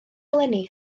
eleni